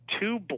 two